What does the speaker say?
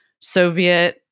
Soviet